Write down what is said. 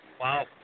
Wow